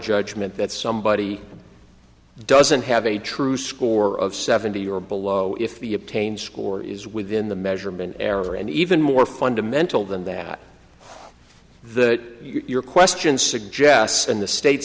judgment that somebody doesn't have a true score of seventy or below if the obtains score is within the measurement error and even more fundamental than that of the your question suggests in the state